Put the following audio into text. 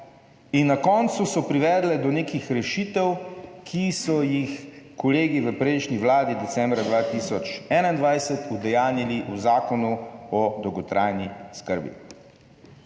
in na koncu so privedle do nekih rešitev, ki so jih kolegi v prejšnji vladi decembra 2021 udejanjili v Zakonu o dolgotrajni oskrbi.